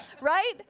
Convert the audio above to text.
right